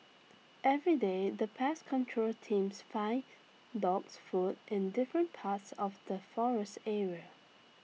everyday the pest control teams finds dogs food in different parts of the forest area